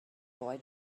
boy